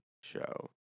show